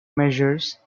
measures